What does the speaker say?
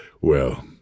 Well